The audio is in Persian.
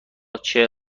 چعر